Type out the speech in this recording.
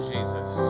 Jesus